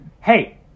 hey